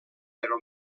però